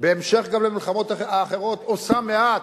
בהמשך למלחמות האחרות, עושה מעט,